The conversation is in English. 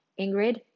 Ingrid